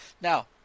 Now